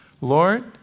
Lord